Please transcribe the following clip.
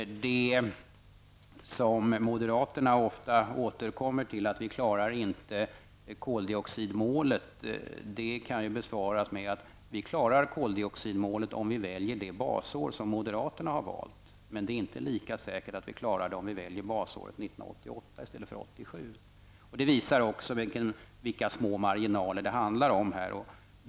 Beträffande påståendet att vi inte klarar koldioxidmålet, vilket moderaterna ofta återkommer till, kan man säga att vi klarar koldioxidmålet om vi väljer det basår som moderaterna har valt. Men det är inte lika säkert att det går bra, om vi väljer basåret 1988 i stället för 1987. Detta visar vilka små marginaler som det handlar om.